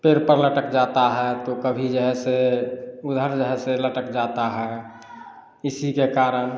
पेड़ पर लटक जाता है तो कभी जे है से उधर जे है लटक जाता है इसी के कारण